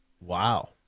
Wow